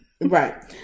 Right